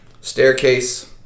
staircase